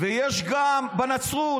ויש גם בנצרות.